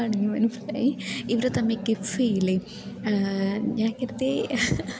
എനിക്ക് മനസ്സിലായി ഇവർ തമ്മിൽ കിസ്സ് ചെയ്യില്ലേ ഞാൻ വെറുതെ